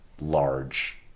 large